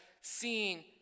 seen